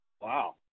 Wow